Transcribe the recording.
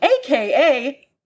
Aka